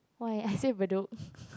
why I sit Bedok